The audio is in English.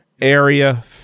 area